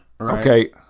Okay